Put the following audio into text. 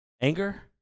Anger